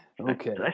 Okay